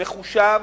מחושב,